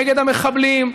נגד המחבלים,